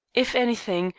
if anything,